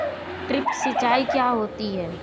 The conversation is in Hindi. ड्रिप सिंचाई क्या होती हैं?